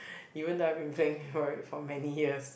even though I've been for it for many years